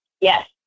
Yes